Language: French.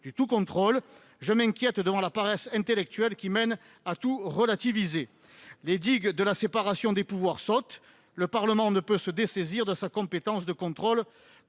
du tout contrôle. Je m'inquiète devant la paresse intellectuelle qui conduit certains à tout relativiser. Les digues de la séparation des pouvoirs sautent ; le Parlement ne peut se dessaisir de sa compétence en matière